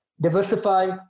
Diversify